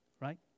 right